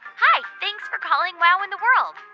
hi. thanks for calling wow in the world.